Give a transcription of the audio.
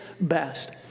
best